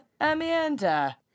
Amanda